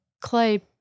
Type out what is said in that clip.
clay